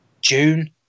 June